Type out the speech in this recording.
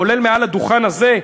כולל מעל הדוכן הזה.